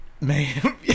man